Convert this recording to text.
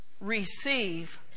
receive